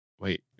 wait